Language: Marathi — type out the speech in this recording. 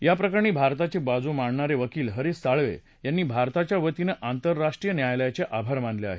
याप्रकरणी भारताची बाजू मांडणारे वकील हरीष साळवे यांनी भारताच्या वतीनं आंतरराष्ट्रीय न्यायालयाचे आभार मानले आहेत